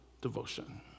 devotion